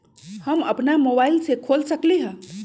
हम अपना मोबाइल से खोल सकली ह?